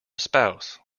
spouse